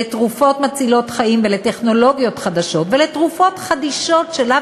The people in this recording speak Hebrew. לתרופות מצילות חיים ולטכנולוגיות חדשות ולתרופות חדישות שלאו